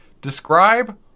Describe